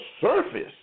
surface